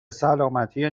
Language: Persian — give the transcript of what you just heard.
سلامتی